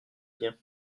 bien